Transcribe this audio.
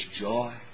joy